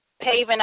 paving